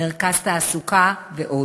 מרכז תעסוקה ועוד.